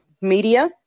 media